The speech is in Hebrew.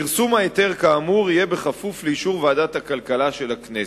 פרסום ההיתר כאמור יהיה כפוף לאישור ועדת הכלכלה של הכנסת.